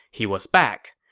he was back.